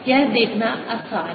यह देखना आसान है प्रति इकाई आयतन